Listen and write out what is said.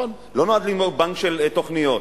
לא נועד לבנות בנק של תוכניות.